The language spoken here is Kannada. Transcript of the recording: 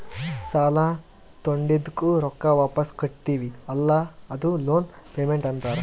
ಸಾಲಾ ತೊಂಡಿದ್ದುಕ್ ರೊಕ್ಕಾ ವಾಪಿಸ್ ಕಟ್ಟತಿವಿ ಅಲ್ಲಾ ಅದೂ ಲೋನ್ ಪೇಮೆಂಟ್ ಅಂತಾರ್